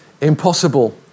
impossible